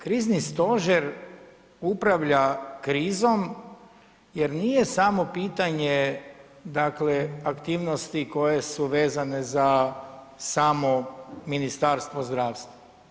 Krizni stožer upravlja krizom jer nije samo pitanje, dakle aktivnosti koje su vezane za samo Ministarstvo zdravstva.